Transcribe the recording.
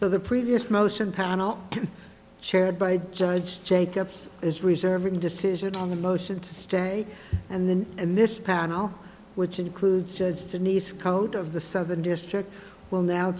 so the previous motion panel chaired by judge jacobs is reserving decision on the motion to stay and then and this panel which includes just a nice coat of the southern district will now